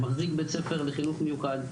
מחזיק בית ספר לחינוך מיוחד,